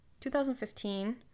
2015